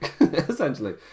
essentially